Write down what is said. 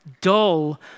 dull